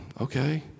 okay